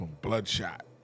Bloodshot